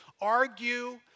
argue